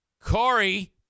Corey